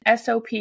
SOP